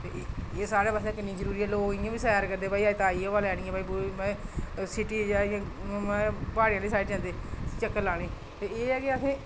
ते एह् साढ़े आस्तै किन्नी जरूरी ऐ ते लोक इ'यां बी सैर करदे कि ताज़ी हवा लैनी ऐ ते सिटी दे लोक प्हाड़े आह्ली साईड जंदे चक्कर लाने गी ते एह् ऐ कि असें